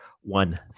one